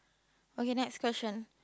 okay next question